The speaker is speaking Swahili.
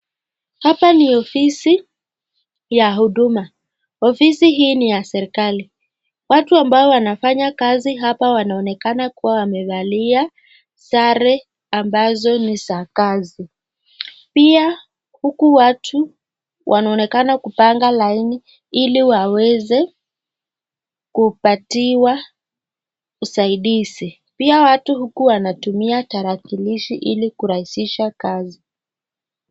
Hapa ni ofisi ya huduma. Ofisi hii ni ya serikali. Watu ambao wanafanya kazi hapa ,wanaonekana kuwa wamevalia sare ambazo ni za kazi. Pia huku watu wanaonekana kupanga laini ili waweze kupatiwa usaidizi. Pia watu huku wanatumua tarakilishi ili kurahisisha kazi.